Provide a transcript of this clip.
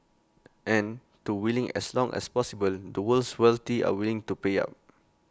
and to willing as long as possible the world's wealthy are willing to pay up